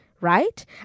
right